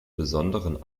besonderen